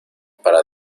para